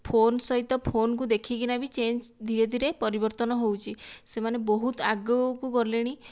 phone ସହିତ ଫୋନ୍କୁ ଦେଖିକି ନା ବି ଚେଞ୍ଜ ଧିରେ ଧିରେ ପରିବର୍ତ୍ତନ ହେଉଛି ସେମାନେ ବହୁତ ଆଗକୁ ଗଲେଣି